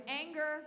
anger